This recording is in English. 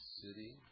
city